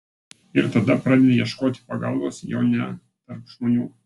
ir tada pradedi ieškoti pagalbos jau ne tarp žmonių